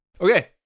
Okay